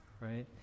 right